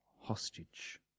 hostage